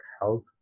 health